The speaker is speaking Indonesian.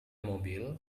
mobil